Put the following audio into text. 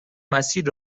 مسیر